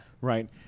Right